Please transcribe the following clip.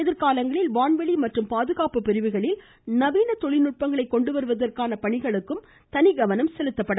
எதிர்காலங்களில் வான்வெளி மற்றும் பாதுகாப்பு பிரிவுகளில் நவீன தொழில்நுட்பங்களை கொண்டுவருவதற்கான பணிகளுக்கு தனி கவனம் செலுத்தப்படும்